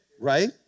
right